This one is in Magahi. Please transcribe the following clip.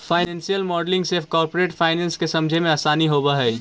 फाइनेंशियल मॉडलिंग से कॉरपोरेट फाइनेंस के समझे मेंअसानी होवऽ हई